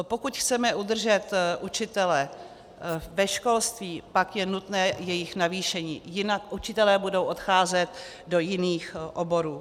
Pokud chceme udržet učitele ve školství, pak je nutné jejich navýšení, jinak učitelé budou odcházet do jiných oborů.